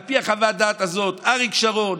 על פי חוות הדעת הזאת אריק שרון,